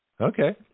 Okay